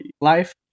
life